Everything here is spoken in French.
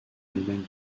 allemagne